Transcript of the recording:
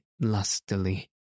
lustily